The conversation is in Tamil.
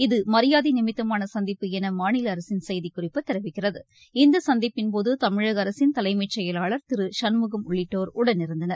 இது மரியாதை நிமித்தமான சந்திப்பு என மாநில அரசின் செய்திக்குறிப்பு தெரிவிக்கிறது இந்த சந்திப்பின்போது தமிழக அரசின் தலைமைச் செயலாளர் திரு க சண்முகம் உள்ளிட்டோர் உடனிருந்தனர்